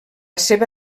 seva